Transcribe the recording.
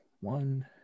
One